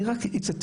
אני רק אצטט.